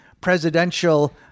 presidential